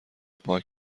پاک